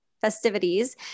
festivities